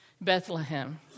Bethlehem